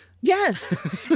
Yes